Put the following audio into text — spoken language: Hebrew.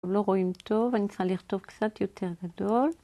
לא רואים טוב, אני צריכה לכתוב קצת יותר גדול.